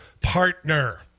partner